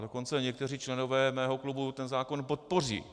Dokonce někteří členové mého klubu zákon podpoří.